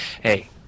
Hey